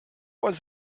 was